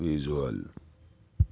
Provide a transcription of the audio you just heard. visual